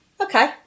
Okay